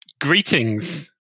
Greetings